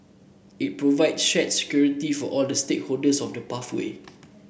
it provide shared security for all the stakeholders of the pathway